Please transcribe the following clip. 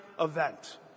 event